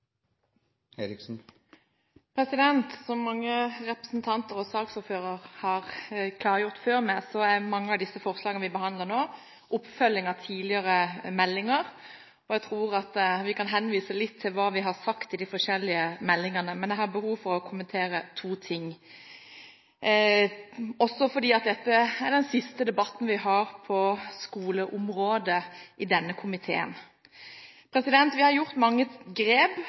etter. Som mange representanter og saksordføreren har klargjort før meg, er mange av de forslagene vi behandler nå, oppfølging av tidligere meldinger. Jeg tror at vi kan henvise litt til hva vi har sagt i forbindelse med de forskjellige meldingene. Men jeg har behov for å kommentere to ting, også fordi at dette er den siste debatten vi har på skoleområdet i denne komiteen. Vi har gjort mange grep,